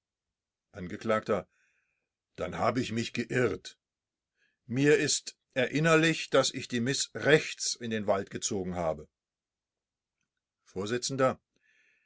angekl dann habe ich mich geirrt mir ist erinnerlich daß ich die miß rechts in den wald gezogen habe